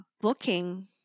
booking